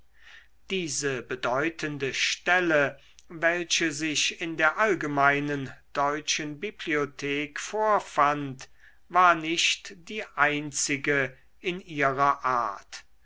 diese bedeutende stelle welche sich in der allgemeinen deutschen bibliothek vorfand war nicht die einzige in ihrer art